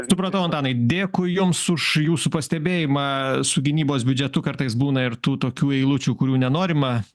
supratau antanai dėkui jums už jūsų pastebėjimą su gynybos biudžetu kartais būna ir tų tokių eilučių kurių nenorima